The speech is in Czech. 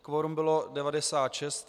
Kvorum bylo 96.